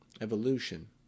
evolution